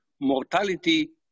mortality